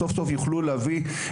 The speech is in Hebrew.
סוף סוף יוכלו לבוא,